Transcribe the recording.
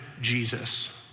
Jesus